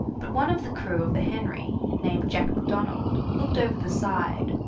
but one of the crew of the henry, named jack macdonald, looked over the side,